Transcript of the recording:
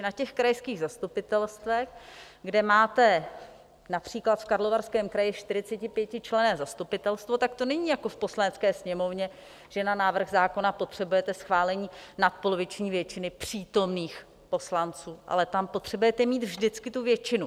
Na těch krajských zastupitelstvech, kde máte například v Karlovarském kraji 45členné zastupitelstvo, tak to není jako v Poslanecké sněmovně, že na návrh zákona potřebujete schválení nadpoloviční většinou přítomných poslanců, ale tam potřebujete mít vždycky tu většinu.